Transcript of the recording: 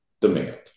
demand